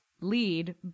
lead